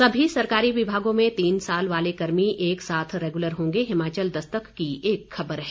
सभी सरकारी विभागों में तीन साल वाले कर्मी एक साथ रेगुलर होंगे हिमाचल दस्तक की एक खबर है